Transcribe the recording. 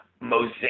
mosaic